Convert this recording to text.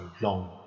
long